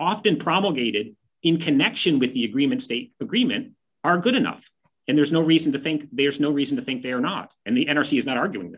often promulgated in connection with the agreement state agreement are good enough and there's no reason to think there's no reason to think they're not and the energy is not arguing